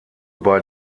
bei